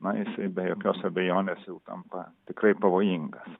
na jisai be jokios abejonės jau tampa tikrai pavojingas